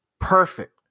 Perfect